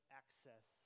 access